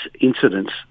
incidents